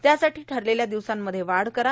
त्यासाठी ठरलेल्या दिवसांमध्ये वाढ करा